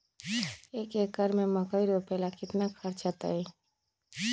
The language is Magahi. एक एकर में मकई रोपे में कितना खर्च अतै?